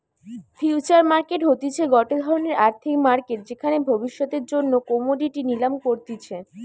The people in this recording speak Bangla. ফিউচার মার্কেট হতিছে গটে ধরণের আর্থিক মার্কেট যেখানে ভবিষ্যতের জন্য কোমোডিটি নিলাম করতিছে